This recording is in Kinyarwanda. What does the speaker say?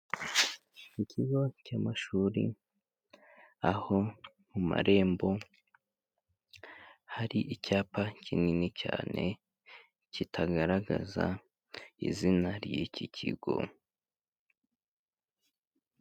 Ikigo cy' amashuri, aho mu marembo hari icyapa kinini cyane kitagaragaza izina ry'iki kigo.